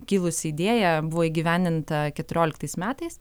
kilusi idėja buvo įgyvendinta keturioliktais metais